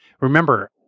remember